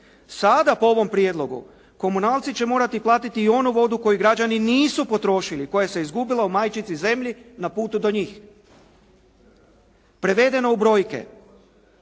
Sada po ovom prijedlogu komunalci će morati platiti i onu vodu koju građani nisu potrošili koja se izgubila u majčici zemlji na putu do njih. Prevedeno u brojke.